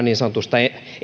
niin sanotusta